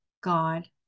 God